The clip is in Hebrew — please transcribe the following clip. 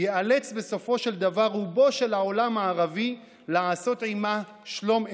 ייאלץ בסופו של דבר רובו של העולם הערבי לעשות עימה שלום אמת.